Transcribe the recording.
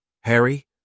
Harry